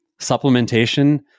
supplementation